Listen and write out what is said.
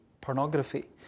pornography